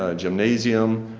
ah gymnasium,